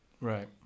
Right